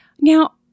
Now